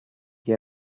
gli